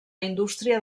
indústria